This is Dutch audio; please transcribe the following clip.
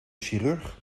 chirurg